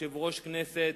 יושב-ראש כנסת,